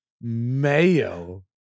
Mayo